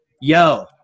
Yo